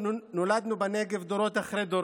נולדנו בנגב, דורות אחרי דורות.